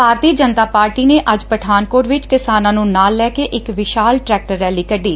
ਭਾਰਤੀ ਜਨਤਾ ਪਾਰਟੀ ਨੇ ਅੱਜ ਪਠਾਨਕੋਟ ਵਿਚ ਕਿਸਾਨਾਂ ਨੂੰ ਨਾਲ ਲੈ ਕੇ ਇਕ ਵਿਸ਼ਾਲ ਟਰੈਕਟਰ ਰੈਲੀ ਕੱਢੀ